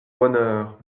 bonheur